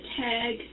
tag